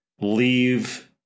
leave